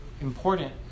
important